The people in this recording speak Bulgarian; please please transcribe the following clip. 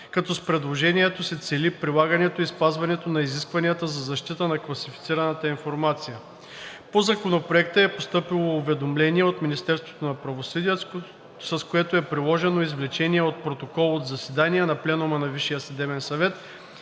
като с предложението се цели прилагането и спазването на изискванията за защита на класифицираната информация. По Законопроекта е постъпило уведомление от Министерството на правосъдието, с което е приложено извлечение от протокол от заседание на Пленума на